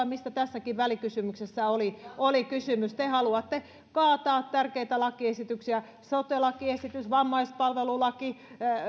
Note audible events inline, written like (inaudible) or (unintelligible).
(unintelligible) mistä tässäkin välikysymyksessä oli oli kysymys te haluatte kaataa tärkeitä lakiesityksiä sote lakiesitys vammaispalvelulaki